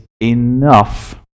enough